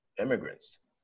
immigrants